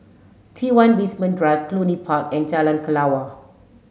T one Basement Drive Cluny Park and Jalan Kelawar